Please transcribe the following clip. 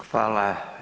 Hvala.